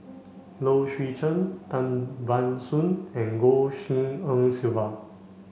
Low Swee Chen Tan Ban Soon and Goh Tshin En Sylvia